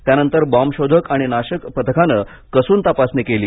त्यानंतर बॉम्बशोधक आणि नाशक पथकाने कसून तपासणी केली